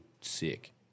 sick